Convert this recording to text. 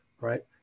right